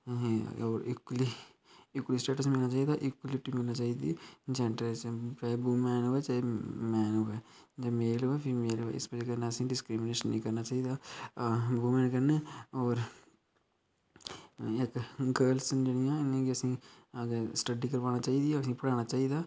equally status मिलना चाहिदा equality मिलनी चाहिदी जैंडर चाहे बूमैन होई चाहे मैन होऐ जां मेल होऐ फीमेल होऐ इस बजह् कन्नै असेंगी डिस्क्रिमिनेशन नेईं करना चाहिदा ऐ बुमैन कन्नै होर इक गल्स न जेह्ड़ियां इ'नेंगी असें अग्गें स्टडी करवाना चाहिदी असेंगी पढ़ाना चाहिदा